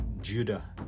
Judah